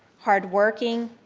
hard working,